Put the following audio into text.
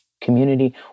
community